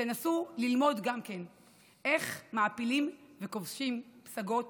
תנסו ללמוד גם איך מעפילים וכובשים פסגות